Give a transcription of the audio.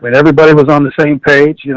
but everybody was on the same page.